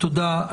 תודה,